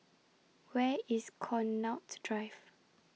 Where IS Connaught's Drive